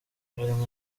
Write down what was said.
harimo